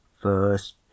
First